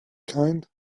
kind